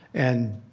and,